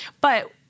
But-